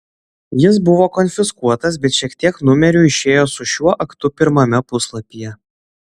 jis buvo konfiskuotas bet šiek tiek numerių išėjo su šiuo aktu pirmame puslapyje